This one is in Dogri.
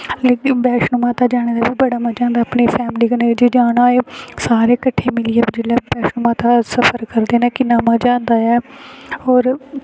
लेकिन बैष्णो माता जाने दा बी बड़ा मज़ा आंदा ऐ अपनी फैमली कन्नै जे उद्धर जाना होऐ सारे कट्टे मिलियै जिसलै बैष्णो माता दा सफर करगे ना किन्ना मज़ा आंदा ऐ होर